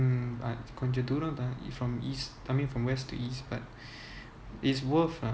um hmm கொஞ்சம் தூரம் தான்:konjam thooram thaan from east coming from east to west but it's worth lah